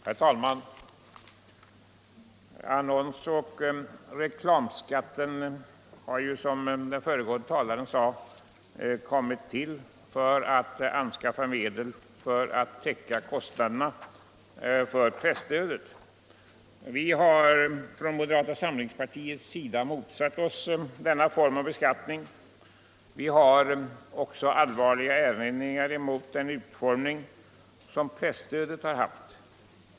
Herr talman! Annons och reklamskatten har ju, som den föregående talaren sade, kommit till för att anskaffa medel för att täcka kostnaderna för presstödet: Vi har från moderata samlingspartiets sida motsatt oss denna form av beskattning, och vi har också gjort allvarliga erinringar mot den utformning som presstödet har haft.